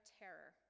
terror